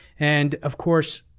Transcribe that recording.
and of course,